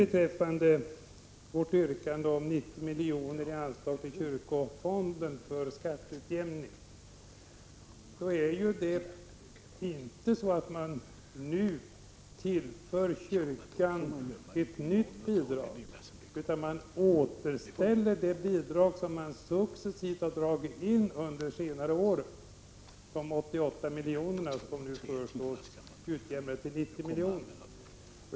Beträffande vårt yrkande om 90 milj.kr. i anslag till kyrkofonden för skatteutjämning vill jag säga att det inte är så att man nu tillför kyrkan ett nytt bidrag, utan man återställer det bidrag som successivt har dragits in under senare år; det är de 88 miljonerna som nu föreslås utjämnade till 90 miljoner.